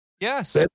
Yes